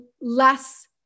less